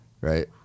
right